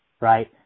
right